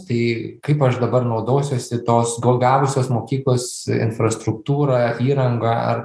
tai kaip aš dabar naudosiuosi tos gavusios mokyklos infrastruktūra įranga ar